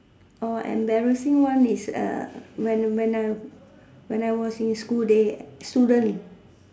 oh embarrassing one is err when when I when I was in school days student